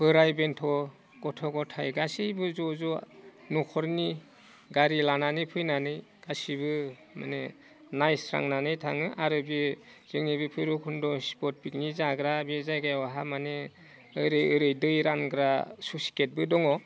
बोराय बेन्थ' गथ' गथाय गासैबो ज' ज' न'खरनि गारि लानानै फैनानै गासैबो माने नायस्रांनानै थाङो आरो बे जोंनि भैराबकुन्द स्पटनि पिकनिक जाग्रा बे जायगायावहा माने ओरै ओरै दै रानग्रा स्लुइसगेटबो दङ